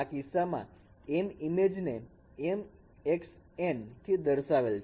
આ કિસ્સામાં m image ને m x n થી દર્શાવેલ છે